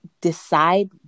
decide